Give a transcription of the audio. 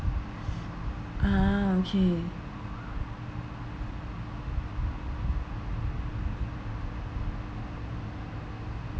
ah okay